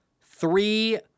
three